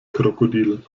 krokodil